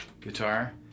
guitar